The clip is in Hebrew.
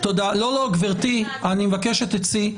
גברתי, אני מבקש שתצאי.